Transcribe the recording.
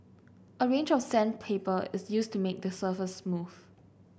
a range of sandpaper is used to make the surface smooth